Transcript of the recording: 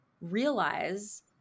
realize